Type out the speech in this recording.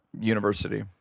University